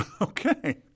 Okay